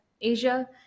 Asia